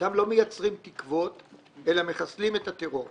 שם לא מייצרים תקוות אלא מחסלים את הטרור.